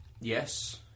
Yes